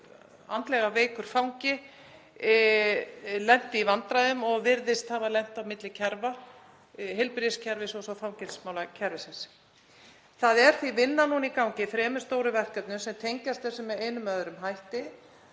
andlega veikur fangi lenti í vandræðum og virðist hafa lent á milli kerfa, heilbrigðiskerfis og svo fangelsismálakerfisins. Það er vinna í gangi í þremur stóru verkefnum sem tengjast þessu með einum eða öðrum hætti